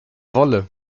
wolle